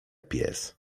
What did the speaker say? pies